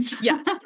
Yes